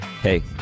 Hey